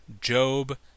Job